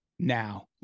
now